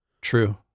True